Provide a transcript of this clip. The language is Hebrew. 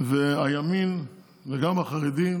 והימין וגם החרדים